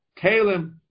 kalim